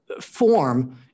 form